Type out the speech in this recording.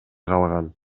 калган